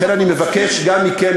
לכן אני מבקש גם מכם,